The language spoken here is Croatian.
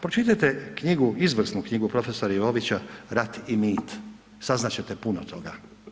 Pročitajte knjigu, izvrsnu knjigu prof. Jovića Rat i mit, saznat ćete puno toga.